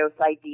idea